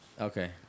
Okay